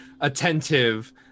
attentive